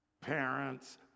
Parents